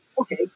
Okay